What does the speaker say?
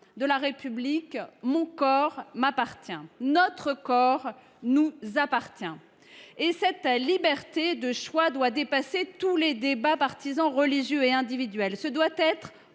de la République « mon corps m’appartient »,« notre corps nous appartient ». Cette liberté de choix doit dépasser tous les débats partisans, religieux et individuels.